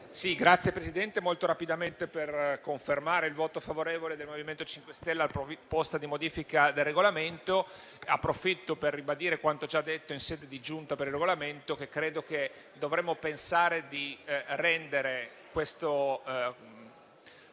Presidente, intervengo molto rapidamente per confermare il voto favorevole del Movimento 5 Stelle sulla proposta di modifica del Regolamento. Approfitto per ribadire quanto già detto in sede di Giunta per il Regolamento: credo che dovremmo pensare di rendere valida